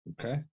Okay